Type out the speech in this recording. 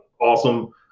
Awesome